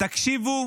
תקשיבו